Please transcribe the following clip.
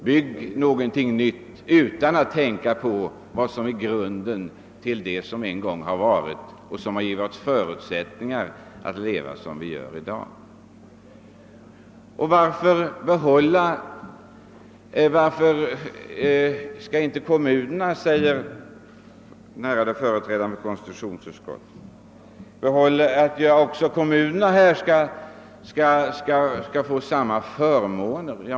Bygg nytt utan att tänka på vad som är grunden och som ger oss förutsättningar att leva som vi gör i dag! Varför skall inte kommunerna, frågade den ärade företrädaren för konstitutionsutskottet, få samma förmåner?